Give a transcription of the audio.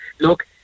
look